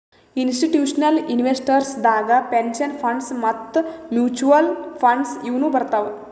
institutional investors ದಾಗ್ pension funds ಮತ್ತ್ mutual funds ಇವ್ನು ಬರ್ತವ್